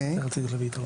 בסדר.